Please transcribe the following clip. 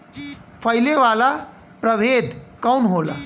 फैले वाला प्रभेद कौन होला?